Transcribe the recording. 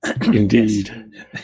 indeed